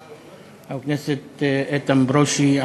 חבר הכנסת איתן ברושי,